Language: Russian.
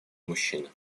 мужчины